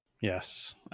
Yes